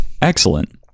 excellent